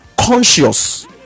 conscious